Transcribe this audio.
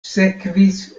sekvis